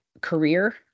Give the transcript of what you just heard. career